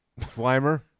Slimer